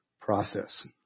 process